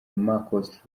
marcus